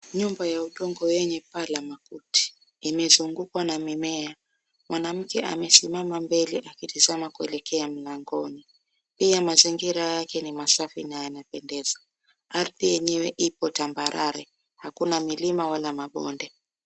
Nyumba ya udongo yenye paa la makuti, imezungukwa na mimea. Mwanamke amesimama mbele akitazama kuelekea mlangoni. Mazingira yake ni masafi na yanapendeza. Ardhi yenyewe iko tambarare, hakuna milima wala mabonde.